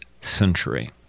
century